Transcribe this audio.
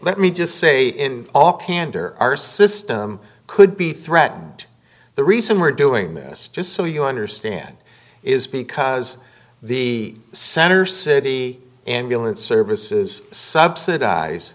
let me just say in all candor our system could be threatened the reason we're doing this just so you understand is because the center city ambulance services subsidize